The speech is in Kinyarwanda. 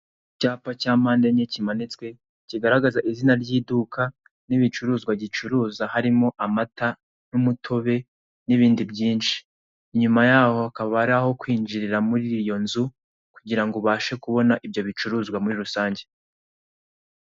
Icyapa cya mande enye cyimanitswe cyigaragza izina ry'iduka n'ibicuruzwa gicuruza harimo amata n'umutobe n'ibindi byinshi, inyuma yaho hakaba ari aho kwinjirira muri iyo nzu kugirango ubashe kubona ibyo bicuruzwa muri rusange.